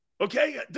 okay